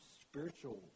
spiritual